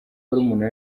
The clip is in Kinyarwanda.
barumuna